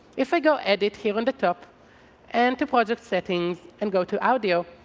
if i go edit here on the top and to project settings and go to audio,